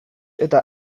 eta